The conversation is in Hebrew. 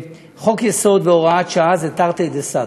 שחוק-יסוד והוראת שעה הם תרתי דסתרי,